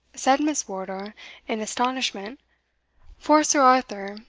said miss wardour in astonishment for sir arthur,